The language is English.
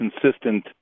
consistent